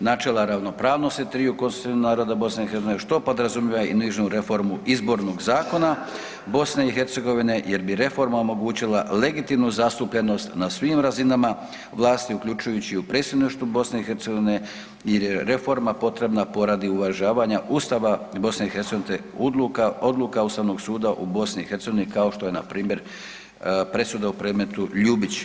načela ravnopravnosti triju konstitutivnih naroda BiH što podrazumijeva i … izbornog zakona BiH jer bi reforma omogućila legitimnu zastupljenost na svim razinama vlasti uključujući i u predsjedništvu BiH jer je reforma potrebna poradi uvažavanja Ustava BiH te odluka Ustavnog suda u BiH kao što je npr. presuda u predmetu Ljubić.